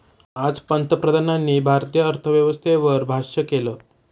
आज पंतप्रधानांनी भारतीय अर्थव्यवस्थेवर भाष्य केलं